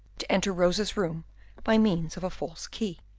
to enter rosa's room by means of a false key.